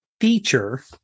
feature